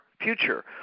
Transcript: future